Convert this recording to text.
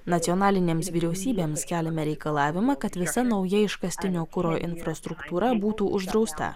nacionalinėms vyriausybėms keliame reikalavimą kad visa nauja iškastinio kuro infrastruktūra būtų uždrausta